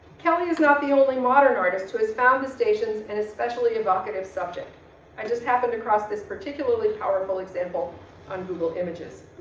kelly is not the only modern artist who has found the stations and especially evocative subject. i just happened to cross this particularly powerful example on google images.